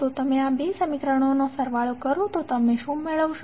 તો જો તમે આ બે સમીકરણોનો સરવાળો કરો તો તમે શુ મેળવશો